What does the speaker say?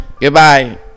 Goodbye